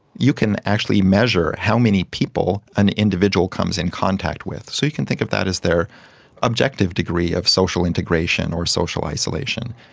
you can actually measure how many people an individual comes in contact with, so you can think of that as their objective degree of social integration or social isolation.